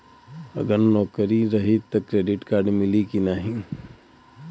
अगर नौकरीन रही त क्रेडिट कार्ड मिली कि ना?